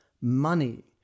money